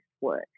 work